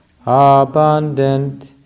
abundant